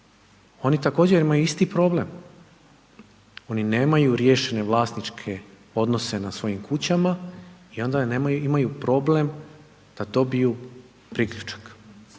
oni također imaju isti problem, oni nemaju riješene vlasničke odnose na svojim kućama i onda imaju problem da dobiju priključak.